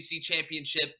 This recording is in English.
championship